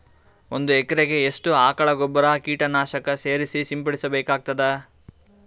ಒಂದು ಎಕರೆಗೆ ಎಷ್ಟು ಆಕಳ ಗೊಬ್ಬರ ಕೀಟನಾಶಕ ಸೇರಿಸಿ ಸಿಂಪಡಸಬೇಕಾಗತದಾ?